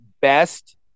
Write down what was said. best